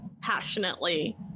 passionately